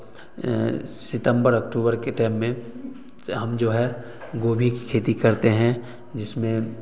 सितंबर अक्टूबर के टाइम में हम जो है गोभी की खेती करते हैं जिसमें